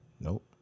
Nope